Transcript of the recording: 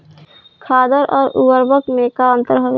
खादर अवरी उर्वरक मैं का अंतर हवे?